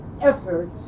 effort